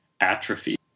atrophy